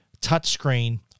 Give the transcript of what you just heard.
touchscreen